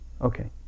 Okay